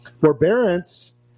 Forbearance